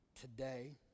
Today